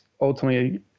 ultimately